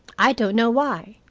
i don't know why.